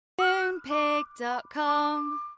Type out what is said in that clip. Moonpig.com